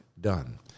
done